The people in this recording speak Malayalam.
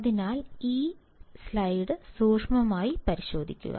അതിനാൽ ഈ സ്ലൈഡ് സൂക്ഷ്മമായി പരിശോധിക്കുക